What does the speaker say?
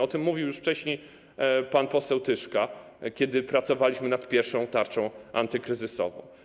O tym mówił już wcześniej pan poseł Tyszka, kiedy pracowaliśmy nad pierwszą tarczą antykryzysową.